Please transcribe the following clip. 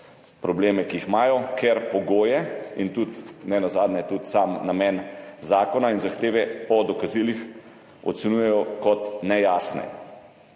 probleme, ki jih imajo, ker pogoje in nenazadnje tudi sam namen zakona in zahteve po dokazilih ocenjujejo kot nejasne.